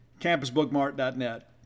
Campusbookmart.net